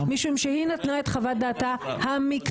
משום שהיא נתנה את חוות דעתה המקצועית.